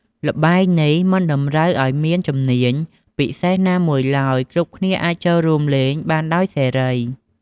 ល្បែងនេះមិនតម្រូវឱ្យមានជំនាញពិសេសណាមួយឡើយ គ្រប់គ្នាអាចចូលរួមលេងបានដោយសេរី។